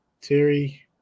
Terry